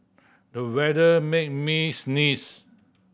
the weather made me sneeze